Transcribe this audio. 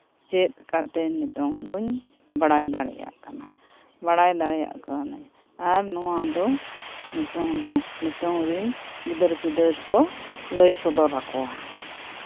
ᱪᱮᱫ ᱠᱟᱛᱮᱫ ᱱᱤᱛᱚᱫᱩᱧ ᱵᱟᱲᱟᱭ ᱫᱟᱲᱮᱭᱟᱜ ᱠᱟᱱᱟ ᱵᱟᱲᱟᱭ ᱫᱟᱲᱮᱭᱟᱜ ᱠᱟᱹᱱᱟᱹᱧ ᱱᱚᱣᱟ ᱫᱚ ᱱᱤᱛᱚᱜ ᱫᱚ ᱱᱤᱛᱚᱝ ᱨᱤᱱ ᱜᱤᱫᱟᱹᱨ ᱯᱤᱫᱟᱹᱨ ᱠᱚ ᱞᱟᱹᱭ ᱥᱚᱫᱚᱨ ᱟᱠᱚᱣᱟ